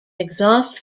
exhaust